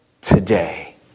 today